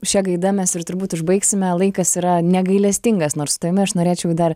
šia gaida mes ir turbūt užbaigsime laikas yra negailestingas nors su tavim aš norėčiau dar